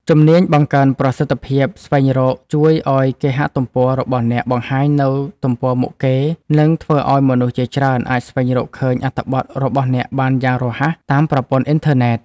ជំនាញបង្កើនប្រសិទ្ធភាពស្វែងរកជួយឱ្យគេហទំព័ររបស់អ្នកបង្ហាញនៅទំព័រមុខគេ និង ធ្វើឱ្យមនុស្សជាច្រើនអាចស្វែងរកឃើញអត្ថបទរបស់អ្នកបានយ៉ាងរហ័សតាមប្រព័ន្ធអ៊ីនធឺណិត។